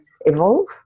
Evolve